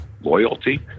loyalty